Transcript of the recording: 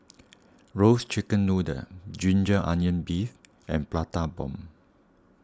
Roasted Chicken Noodle Ginger Onions Beef and Prata Bomb